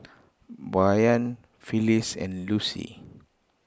Brayan Phyliss and Lucy